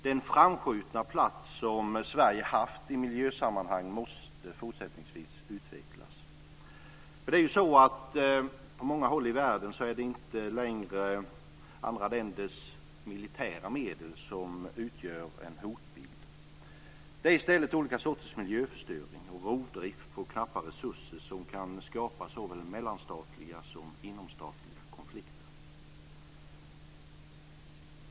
Den framskjutna plats som Sverige har haft i miljösammanhang måste fortsättningsvis utvecklas. På många håll i världen är det inte längre andra länders militära medel som utgör en hotbild. Det är i stället olika sorters miljöförstöring och rovdrift på knappa resurser som kan skapa såväl mellanstatliga som inomstatliga konflikter.